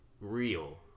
real